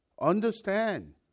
understand